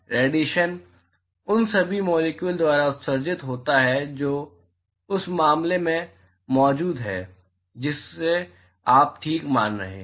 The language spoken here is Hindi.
रेडिएशन उन सभी मॉलिक्यूल द्वारा उत्सर्जित होता है जो उस मामले में मौजूद हैं जिसे आप ठीक मान रहे हैं